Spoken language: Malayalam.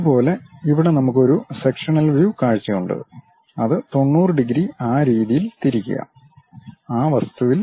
അതുപോലെ ഇവിടെ നമുക്ക് ഒരു സെക്ഷനൽ വ്യൂ കാഴ്ചയുണ്ട് അത് 90 ഡിഗ്രി ആ രീതിയിൽ തിരിക്കുക ആ വസ്തുവിൽ പ്രതിനിധീകരിക്കുക